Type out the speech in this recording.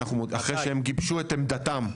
אחרי שהם גיבשו את עמדתם.